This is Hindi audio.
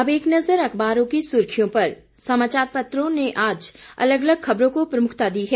अब एक नजर अखबारों की सुर्खियों पर समाचार पत्रों ने आज अलग अलग ख़बरों को प्रमुखता दी है